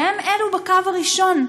שהם אלה שבקו הראשון,